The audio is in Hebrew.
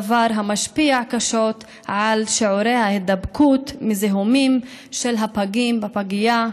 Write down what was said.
דבר המשפיע קשות על שיעורי ההידבקות בזיהומים של הפגים בפגייה,